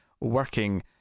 working